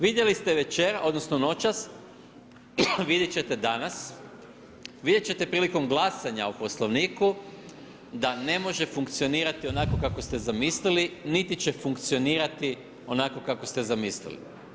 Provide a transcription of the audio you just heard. Vidjeli ste noćas, vidjet ćete danas, vidjet ćete prilikom glasanja o Poslovniku da ne može funkcionirati onako kako ste zamislili, niti će funkcionirati onako kako ste zamislili.